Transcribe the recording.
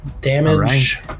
damage